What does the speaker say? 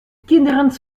kinderen